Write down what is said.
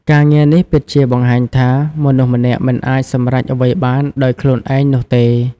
ការងារនេះពិតជាបង្ហាញថា មនុស្សម្នាក់មិនអាចសម្រេចអ្វីបានដោយខ្លួនឯងនោះទេ។